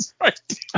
right